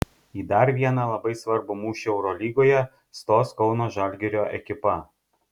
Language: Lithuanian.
į dar vieną labai svarbų mūšį eurolygoje stos kauno žalgirio ekipa